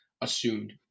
assumed